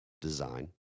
design